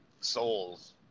souls